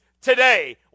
today